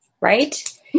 right